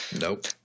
Nope